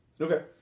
Okay